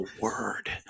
word